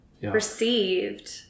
received